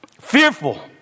Fearful